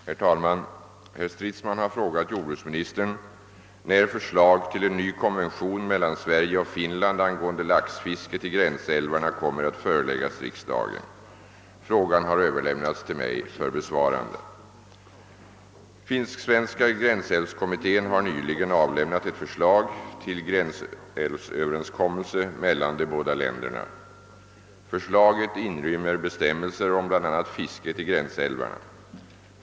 Herr talman! Herr Stridsman har frågat jordbruksministern när förslag till en ny konvention mellan Sverige och Finland angående laxfisket i gränsälvarna kommer att föreläggas riksdagen. Frågan har överlämnats till mig för besvarande. Finsk-svenska gränsälvskommittén har nyligen avlämnat ett förslag till gränsälvsöverenskommelse mellan de båda länderna. Förslaget inrymmer bestämmelser om bla. fisket i gränsälvarna.